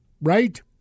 right